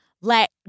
let